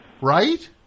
Right